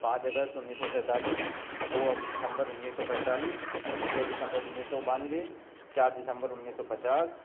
پانچ اگست انیس سو سینتالیس دو دسمبر انیس سو پینتالیس چھ دسمبر انیس سو بانوے چار دسمبر انیس سو پچاس